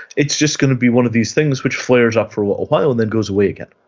it's just going to be one of these things which flares for a little while and then goes away again.